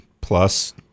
plus